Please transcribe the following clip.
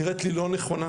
נראית לי לא נכונה,